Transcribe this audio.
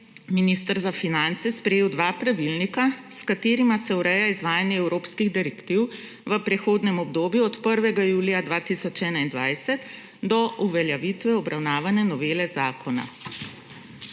minister za finance sprejel dva pravilnika, s katerima se ureja izvajanje evropskih direktiv v prehodnem obdobju od 1. julija 2021 do uveljavitve obravnavane novele zakona.